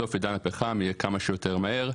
סוף עידן הפחם יהיה כמה שיותר מהר.